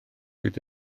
fydd